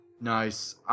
Nice